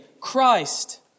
Christ